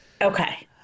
Okay